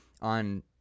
on